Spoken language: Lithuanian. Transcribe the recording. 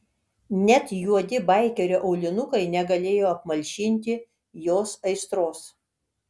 net juodi baikerio aulinukai negalėjo apmalšinti jos aistros